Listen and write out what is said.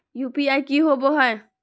UPI की होवे है?